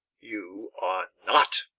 you are not.